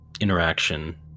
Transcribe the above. interaction